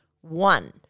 one